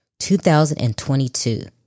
2022